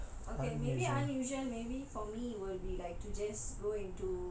okay maybe unusual maybe for me will be like to just